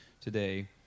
today